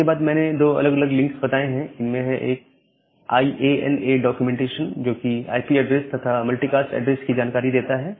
इसके बाद मैंने दो अलग अलग लिंक बताए हैं इनमें एक है आईएएनए डॉक्यूमेंटेशन जो कि आईपी ऐड्रेस तथा मल्टीकास्ट ऐड्रेस की जानकारी देता है